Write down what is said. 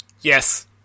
Yes